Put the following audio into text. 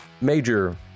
major